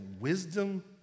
Wisdom